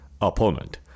opponent